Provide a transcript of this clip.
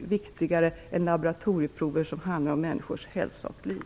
viktigare än laboratorieprover som handlar om människors hälsa och liv.